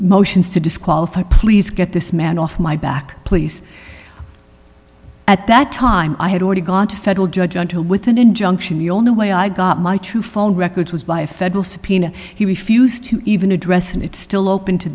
motions to disqualify please get this man off my back please at that time i had already got a federal judge on to with an injunction the only way i got my true phone records was by a federal subpoena he refused to even address and it's still open to